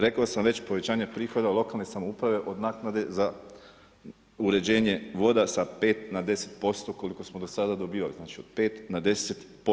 Rekao sam već povećanje prihoda lokalne samouprave od naknade za uređenje voda sa 5 na 10% koliko smo do sada dobivali, od 5 na 10%